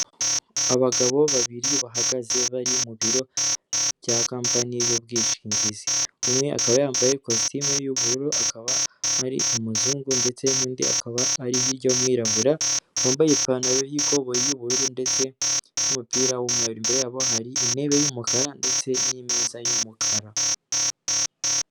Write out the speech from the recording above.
Abagabo babiri bahagaze bari mu biro bya kampani y'ubwishingizi. Umwe akaba yambaye ikositimu y'ubururu, akaba ari umuzungu, ndetse n'undi akaba ari hiryo w'umwirabura wambaye ipantaro y'ikoboyi y'ubururu, ndetse n'umupira w'umweru. Imbere yabo hari intebe y'umukara ndetse n'imeza y'umukara.